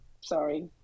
sorry